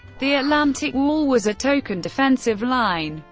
the atlantic wall was a token defensive line.